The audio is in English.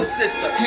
sister